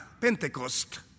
Pentecost